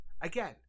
Again